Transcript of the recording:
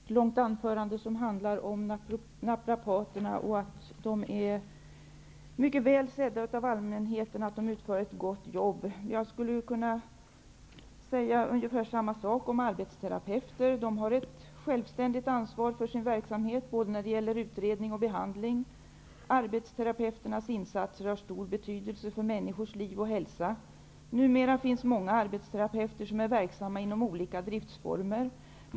Herr talman! Per Stenmarck höll ett långt anförande som handlade om naprapaterna, att de är mycket väl sedda av allmänheten och att de utför ett gott arbete. Jag skulle kunna säga ungefär samma sak om arbetsterapeuter. De har ett självständigt ansvar för sin verksamhet, både när det gäller utredning och behandling. Arbetsterapeuternas insatser har stor betydelse för människors liv och hälsa. Numera finns många arbetsterapeuter som är verksamma inom olika driftformer.